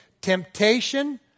Temptation